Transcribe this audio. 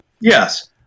yes